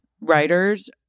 writers